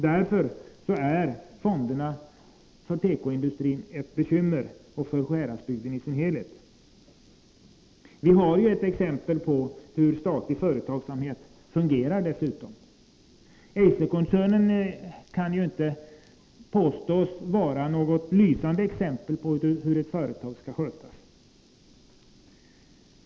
Därför är fonderna ett bekymmer för tekoindustrin och för Sjuhäradsbygden i dess helhet. Vi har ju ett exempel på hur statlig verksamhet kan fungera. Eiserkoncernen kan ju inte påstås vara något lysande exempel på hur ett företag skall skötas.